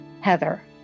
Heather